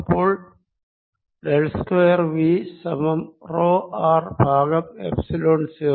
അപ്പോൾ del square V സമം rho R ഭാഗം എപ്സിലോൺ 0